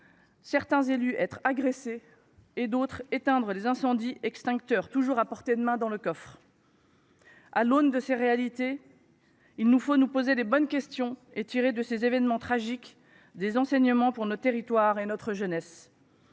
certains élus agressés, quand d’autres éteignaient les incendies, extincteurs toujours à portée de main dans le coffre. À l’aune de ces réalités, il nous faut nous poser les bonnes questions et tirer de ces événements tragiques des enseignements pour nos territoires et notre jeunesse.